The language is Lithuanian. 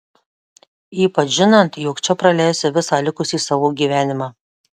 ypač žinant jog čia praleisi visą likusį savo gyvenimą